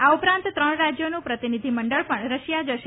આ ઉપરાંત ત્રણ રાજ્યોનું પ્રતિનિધિ મંજળ પણ રશિયામાં જશે